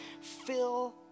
fill